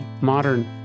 modern